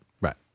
Right